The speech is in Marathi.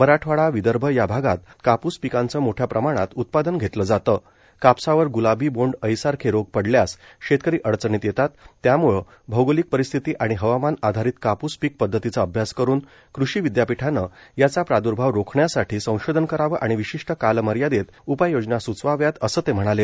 मराठवाडा विदर्भ या भागात कापूस पिकाचं मोठ्या प्रमाणात उत्पादन घेतलं जातं कापसावर ग्लाबी बोंड अळीसारखे रोग पडल्यास शेतकरी अडचणीत येतात त्यामूळं भौगोलिक परिस्थिती आणि हवामान आधारित कापुस पीक पदधतीचा अभ्यास करुन कृषी विदयापीठानं याचा प्रादर्भाव रोखण्यासाठी संशोधन करावं आणि विशिष्ट कालमर्यादेत उपाययोजना सूचवाव्यात असं ते म्हणाले